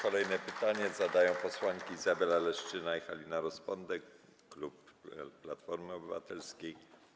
Kolejne pytanie zadają posłanki Izabela Leszczyna i Halina Rozpondek, klub Platformy Obywatelskiej.